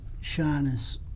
shyness